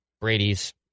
brady's